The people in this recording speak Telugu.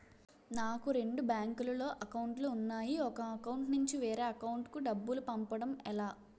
నాకు రెండు బ్యాంక్ లో లో అకౌంట్ లు ఉన్నాయి ఒక అకౌంట్ నుంచి వేరే అకౌంట్ కు డబ్బు పంపడం ఎలా?